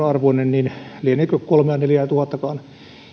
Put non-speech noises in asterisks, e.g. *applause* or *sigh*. *unintelligible* arvoinen niin lieneekö kolmea neljää tuhattakaan